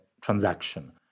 transaction